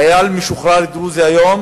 היום חייל משוחרר דרוזי לא